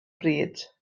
bryd